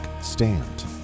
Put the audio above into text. stand